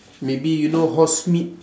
maybe you know horse meat